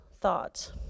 thought